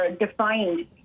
defined